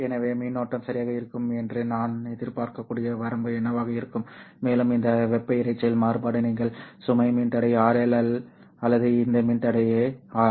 எனவே மின்னோட்டம் சரியாக இருக்கும் என்று நான் எதிர்பார்க்கக்கூடிய வரம்பு என்னவாக இருக்கும் மேலும் இந்த வெப்ப இரைச்சல் மாறுபாடு நீங்கள் சுமை மின்தடை RL அல்லது எந்த மின்தடைய R